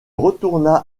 retourna